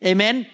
Amen